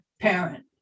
parent